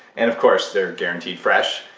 and of course they're guaranteed fresh.